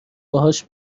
باهاش